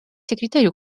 секретарю